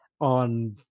on